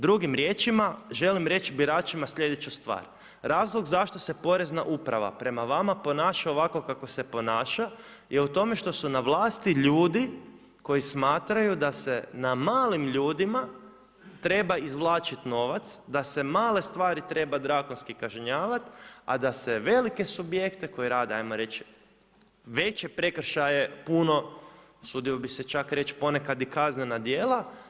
Drugim riječima, želim reći biračima sljedeću stvar, razlog zašto se porezna uprava prema vama ponaša ovako kako se ponaša je u tome što su na vlasti ljudi koji smatraju da se na malim ljudima treba izvlačiti novac, da se male stvari treba drakonski kažnjavati a da se velike subjekte koji rade hajmo reći veće prekršaje puno, usudio bih se čak reći ponekad i kaznena djela.